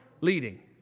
leading